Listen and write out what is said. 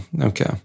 Okay